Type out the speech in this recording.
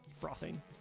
Frothing